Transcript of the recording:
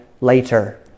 later